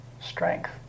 strength